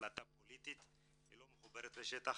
החלטה פוליטית, היא לא מחוברת לשטח,